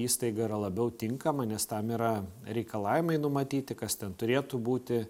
įstaiga yra labiau tinkama nes tam yra reikalavimai numatyti kas ten turėtų būti